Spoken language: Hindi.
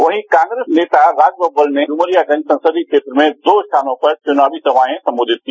वहीं कांग्रेस नेता राजबब्बर ने डुमरियागंज संसदीय क्षेत्र में दो स्थानों पर चुनावी सभाएं संबोधित की